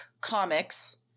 comics